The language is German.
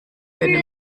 gönne